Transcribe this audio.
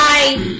Bye